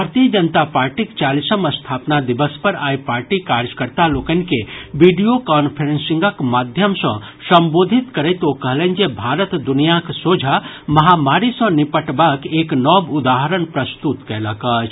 भारतीय जनता पार्टीक चालीसम स्थापना दिवस पर आइ पार्टी कार्यकर्ता लोकनि के वीडियो कांफ्रेंसिंगक माध्यम सँ संबोधित करैत ओ कहलनि जे भारत दुनियाक सोझा महामारी सँ निपटबाक एक नव उदाहरण प्रस्तुत कयलक अछि